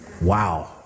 Wow